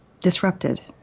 disrupted